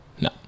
No